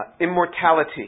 immortality